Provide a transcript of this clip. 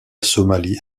somalie